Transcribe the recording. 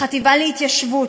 החטיבה להתיישבות,